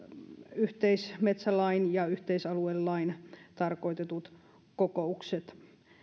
yhteismetsälaissa ja yhteisaluelaissa tarkoitetut kokoukset